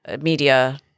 media